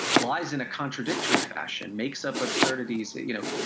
lies in a contradictory fashion, makes up absurdities, you know,